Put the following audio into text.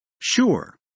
Sure